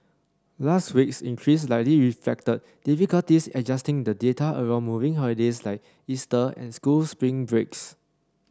last week's increase likely reflected difficulties adjusting the data around moving holidays like Easter and school spring breaks